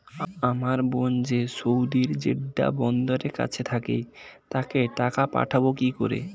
আমার বোন যে সৌদির জেড্ডা বন্দরের কাছে থাকে তাকে টাকা পাঠাবো কি করে?